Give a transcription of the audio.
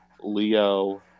Leo